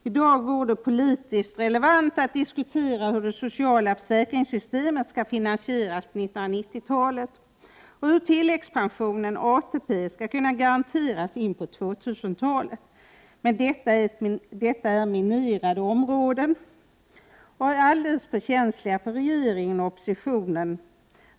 I dag vore det politiskt relevant att diskutera hur det sociala försäkringssystemet ska finansieras på 1990-talet och hur tilläggspensionen, ATP, ska kunna garanteras in på 2000-talet. Men detta är minerade områden, och alldeles för känsliga för regeringen och oppositionen.